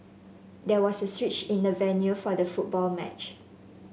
there was a switch in the venue for the football match